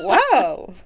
oh,